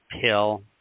pill